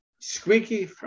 Squeaky